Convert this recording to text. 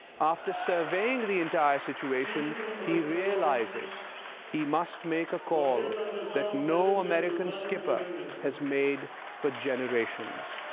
after surveying the entire situation he realizes he must make a call that no american skipper has made for generations.